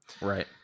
Right